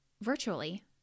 virtually